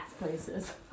places